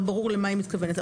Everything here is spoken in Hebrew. לא ברור למה היא מתכוונת.